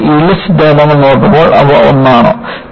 കൂടാതെ യീൽഡ് സിദ്ധാന്തങ്ങൾ നോക്കുമ്പോൾ അവ ഒന്നാണോ